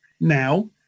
now